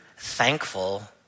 thankful